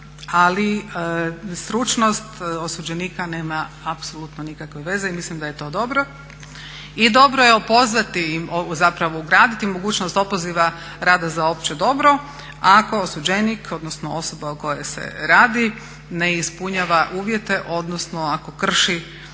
ali stručnost osuđenika nema apsolutno nikakve veze i mislim da je to dobro. I dobro je opozvati im, zapravo ugraditi mogućnost opoziva rada za opće dobro ako osuđenik, odnosno osoba o kojoj se radi ne ispunjava uvjete, odnosno ako krši